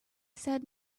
said